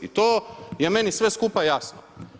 I to je meni sve skupa jasno.